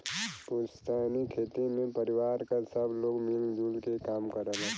पुस्तैनी खेती में परिवार क सब लोग मिल जुल क काम करलन